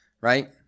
right